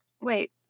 wait